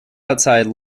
outside